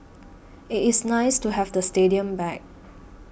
it is nice to have the stadium back